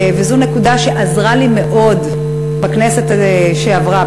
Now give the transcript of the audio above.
וזו נקודה שעזרה לי מאוד בכנסת שעברה,